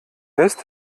ist